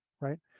Right